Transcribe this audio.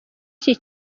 iki